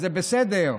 וזה בסדר,